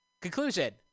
Conclusion